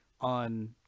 on